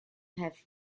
have